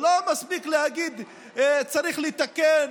לא מספיק להגיד: צריך לתקן.